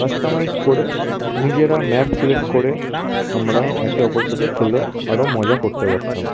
customise করে নিজেরা map select করে আমরা একে অপরের সাথে খেলে আরো মোজা করতে পারতাম